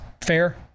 Fair